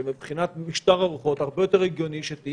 כי מבחינת משטר הרוחות הרבה יותר הגיוני שזה